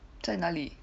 在哪里